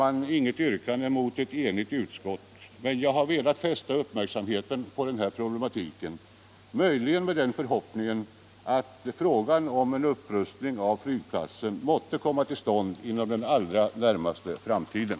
Mot ett enigt utskott har jag inget yrkande, men jag har velat fästa uppmärksamheten på denna problematik, i förhoppningen att frågan om en upprustning av flygplatsen måtte tas upp inom den allra närmaste tiden.